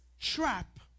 trap